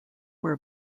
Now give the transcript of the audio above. were